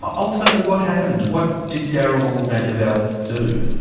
ah ultimately what happened? what did darrel vandeveld do?